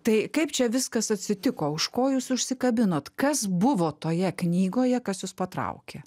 tai kaip čia viskas atsitiko už ko jūs susikabinot kas buvo toje knygoje kas jus patraukė